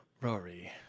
Rory